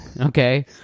okay